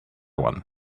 one